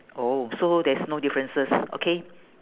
oh so there's no differences okay